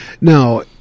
Now